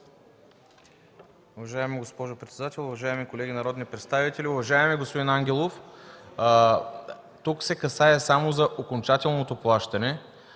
Уважаема госпожо председател, уважаеми колеги народни представители! Уважаеми господин Ангелов, тук се касае само за окончателното плащане.